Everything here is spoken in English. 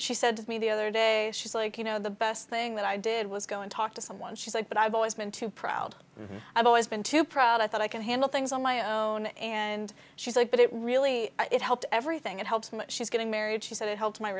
she said to me the other day she's like you know the best thing that i did was go and talk to someone she's like but i've always been too proud i've always been too proud i thought i can handle things on my own and she's like but it really it helped everything it helps she's getting married she said it helped my